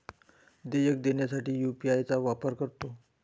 देयके देण्यासाठी देखील यू.पी.आय चा वापर करतो